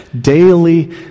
daily